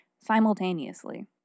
simultaneously